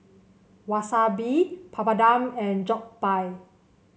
Wasabi Papadum and Jokbal